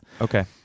Okay